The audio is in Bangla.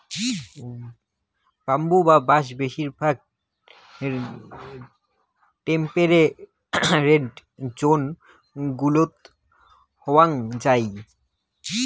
ব্যাম্বু বা বাঁশ বেশিরভাগ টেম্পেরেট জোন গুলোত পাওয়াঙ যাই